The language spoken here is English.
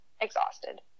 exhausted